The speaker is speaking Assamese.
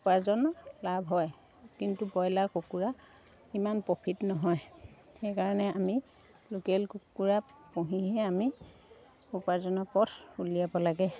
উপাৰ্জন লাভ হয় কিন্তু ব্ৰইলাৰ কুকুৰা ইমান প্ৰফিট নহয় সেইকাৰণে আমি লোকেল কুকুৰা পুহিহে আমি উপাৰ্জনৰ পথ উলিয়াব লাগে